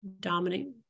dominant